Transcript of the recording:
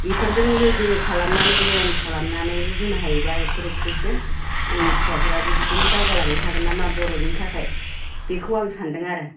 बेफोरजों लोगो खालामनानै जयेन खालामनानै होनो हायोब्ला एक्टर एक्ट्रेसजों आंनि फिसाफ्राबो बिदिनो दावगालांनो हागोन नामा बर'नि थाखाय बेखौ आं सानदों आरो